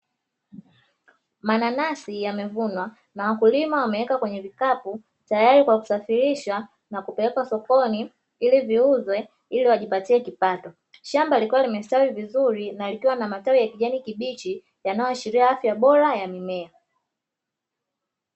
Mananasi yemevunwa na wakulima wameweka kwenye vikapu, tayari kwa kusafrishwa ili viuzwe na kujipatia kipato. Shamba likiwa limestawi vizuri na likiwa na matawi ya kijani kibichi yanayoashiria afya bora ya mimea.